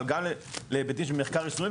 אבל גם להיבטים של מחקר יישומי,